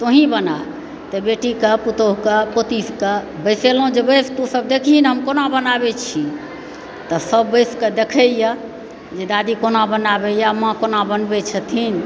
तोहि बना तऽ बेटीके पुतोहुके पोतोके बैसेलहुँ जे बैस तू सब देखी हम कोना बनाबय छी तऽ सब बैसकऽ देखैए जे दादी कोना बनाबैया माँ कोना बनबय छथिन